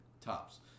tops